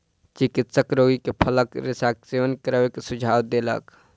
चिकित्सक रोगी के फलक रेशाक सेवन करै के सुझाव देलक